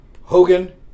hogan